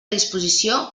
disposició